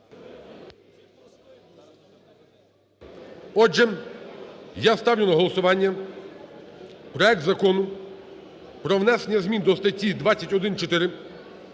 Отже, я ставлю на голосування проект Закону про внесення змін до статті 21-4